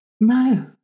No